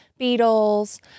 Beatles